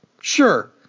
Sure